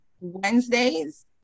wednesdays